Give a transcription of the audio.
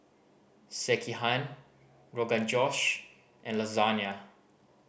Sekihan Rogan Josh and Lasagne